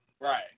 Right